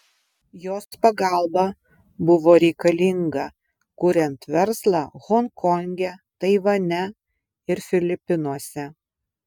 jos pagalba buvo reikalinga kuriant verslą honkonge taivane ir filipinuose